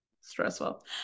Stressful